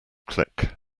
click